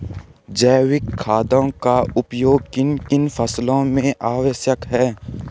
जैविक खादों का उपयोग किन किन फसलों में आवश्यक है?